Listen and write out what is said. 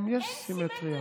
אין סימטריה.